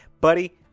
Buddy